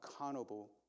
accountable